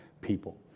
people